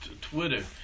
Twitter